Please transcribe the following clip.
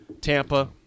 Tampa